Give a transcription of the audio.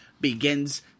begins